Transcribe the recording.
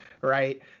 right